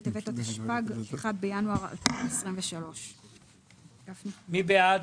בטבת התשפ"ג (1 בינואר 2023). מי בעד?